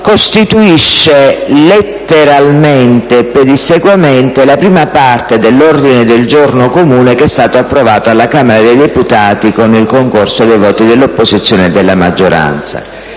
riprende letteralmente e pedissequamente la prima parte dell'ordine del giorno comune approvato alla Camera dei deputati, con il concorso dei voti dell'opposizione e della maggioranza,